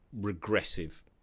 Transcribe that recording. regressive